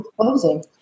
closing